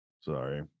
Sorry